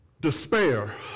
Despair